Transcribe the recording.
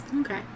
okay